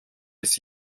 bis